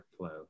workflow